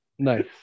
Nice